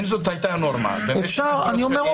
אם זאת הייתה הנורמה במשך עשרות שנים,